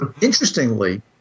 interestingly